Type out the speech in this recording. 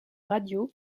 radio